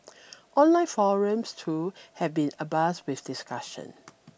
online forums too have been abuzz with discussion